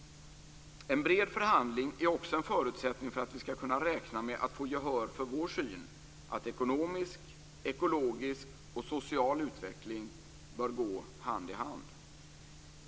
En bred förhandling är också en förutsättning för att vi skall kunna räkna med att få gehör för vår syn att ekonomisk, ekologisk och social utveckling bör gå hand i hand.